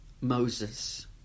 Moses